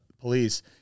police